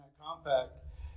compact